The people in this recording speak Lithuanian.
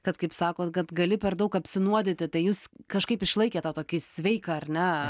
kad kaip sakot kad gali per daug apsinuodyti tai jūs kažkaip išlaikėt tą tokį sveiką ar ne